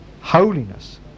Holiness